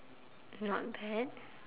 not bad